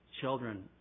children